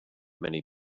many